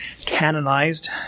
canonized